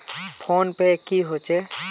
Phone पै की होचे?